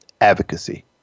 advocacy